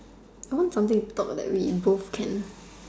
I want something to talk that we we both can